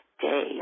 day